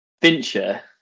Fincher